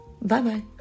Bye-bye